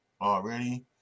already